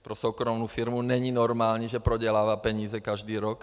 Pro soukromou firmu není normální, že prodělává peníze každý rok.